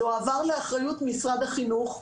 זה הועבר לאחריות משרד הרווחה,